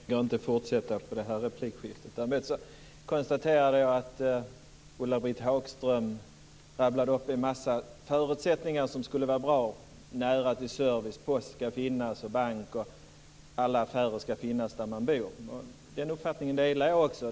Fru talman! Jag tänker inte fortsätta på det här replikskiftet. Däremot konstaterade jag att Ulla-Britt Hagström rabblade upp en massa bra förutsättningar. Det ska vara nära till service. Post, bank och alla affärer ska finnas där man bor. Den uppfattningen delar jag.